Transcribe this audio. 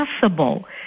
possible